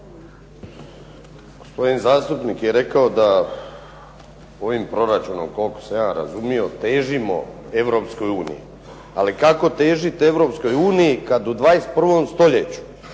Gospodin zastupnik je rekao da ovim proračunom koliko sam ja razumio težimo Europskoj uniji. Ali kako težiti Europskoj uniji kad u 21. stoljeću